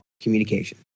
Communication